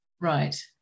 Right